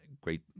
great